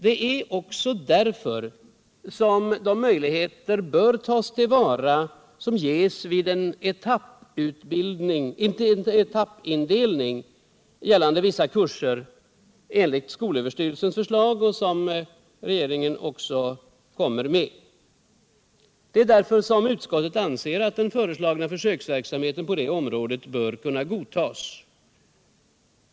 Det är också därför som de möjligheter bör tas till vara som ges vid den etappindelning gällande vissa kurser som föreslås av skolöverstyrelsen och av regeringen. Utskottet anser att den föreslagna försöksverksamheten på området bör kunna godtas.